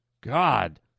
God